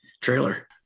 trailer